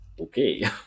okay